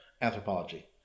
Anthropology